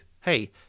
hey